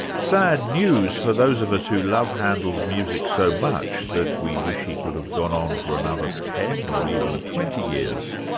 sad news for those of us who love handel's music so much that we wish he could have gone on for another ten or even twenty years.